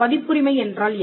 பதிப்புரிமை என்றால் என்ன